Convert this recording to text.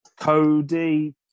Cody